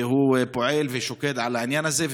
שהוא פועל ושוקד על העניין הזה,